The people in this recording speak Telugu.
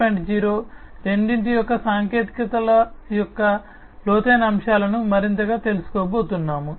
0 రెండింటి యొక్క సాంకేతికతల యొక్క లోతైన అంశాలను మరింతగా తెలుసుకోబోతున్నాము